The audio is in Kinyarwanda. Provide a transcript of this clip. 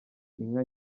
inka